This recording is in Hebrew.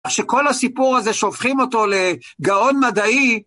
שכל הסיפור הזה שוהופכים אותו לגאון מדעי.